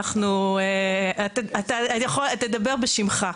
תדבר בשמך.